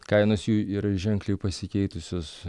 kainos jų yra ženkliai pasikeitusios